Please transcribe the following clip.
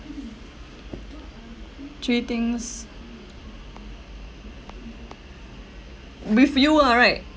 three things with you lah right